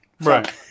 Right